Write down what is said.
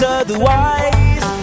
otherwise